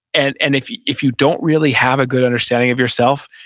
and and if you if you don't really have a good understanding of yourself,